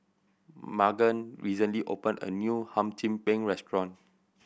Magan recently opened a new Hum Chim Peng restaurant